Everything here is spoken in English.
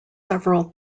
several